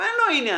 אין לו עניין.